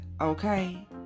okay